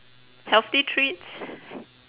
healthy treats